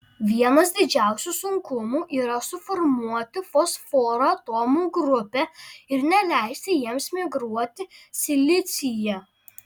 vienas didžiausių sunkumų yra suformuoti fosforo atomų grupę ir neleisti jiems migruoti silicyje